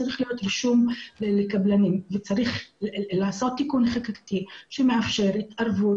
צריך להיות רישום לקבלנים וצריך לעשות תיקון חקיקתי שמאפשר התערבות